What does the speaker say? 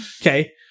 Okay